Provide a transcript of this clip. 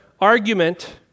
argument